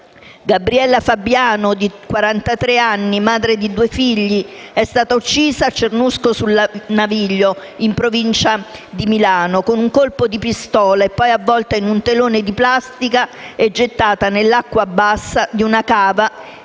Gabriella Fabbiano, di quarantatre anni, madre di due figli, è stata uccisa a Cernusco sul Naviglio, in provincia di Milano, con un colpo di pistola. È stata poi avvolta in un telone di plastica e gettata nell'acqua bassa di una cava insieme